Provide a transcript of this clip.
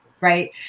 Right